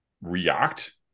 react